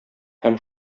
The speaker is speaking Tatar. һәм